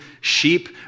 sheep